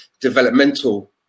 developmental